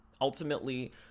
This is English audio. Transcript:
Ultimately